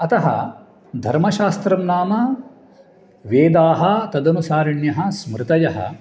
अतः धर्मशास्त्रं नाम वेदाः तदनुसारिण्यः स्मृतयः